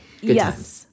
yes